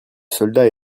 soldats